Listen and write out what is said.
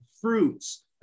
fruits